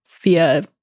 via